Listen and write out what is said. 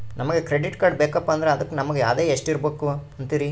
ನಮಗ credit card ಬೇಕಪ್ಪ ಅಂದ್ರ ಅದಕ್ಕ ನಮಗ ಆದಾಯ ಎಷ್ಟಿರಬಕು ಅಂತೀರಿ?